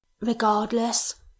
regardless